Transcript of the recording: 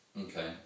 Okay